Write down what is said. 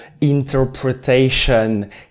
interpretation